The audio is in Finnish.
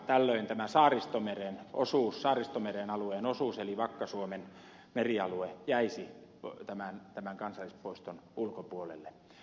tällöin tämä saaristomeren alueen osuus eli vakka suomen merialue jäisi tämän kansallispuiston ulkopuolelle